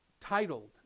titled